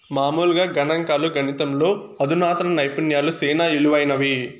మామూలుగా గణంకాలు, గణితంలో అధునాతన నైపుణ్యాలు సేనా ఇలువైనవి